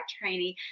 training